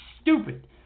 stupid